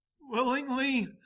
willingly